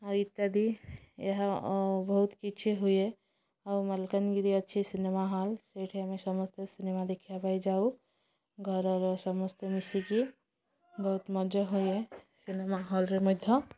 ଆଉ ଇତ୍ୟାଦି ଏହା ବହୁତ କିଛି ହୁଏ ଆଉ ମାଲକାନଗିରି ଅଛି ସିନେମା ହଲ୍ ସେଇଠି ଆମେ ସମସ୍ତେ ସିନେମା ଦେଖିବା ପାଇଁ ଯାଉ ଘରର ସମସ୍ତେ ମିଶିକି ବହୁତ ମଜା ହୁଏ ସିନେମା ହଲରେ ମଧ୍ୟ